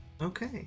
Okay